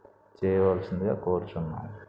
చేయవలసిందిగా కోరుచున్నాము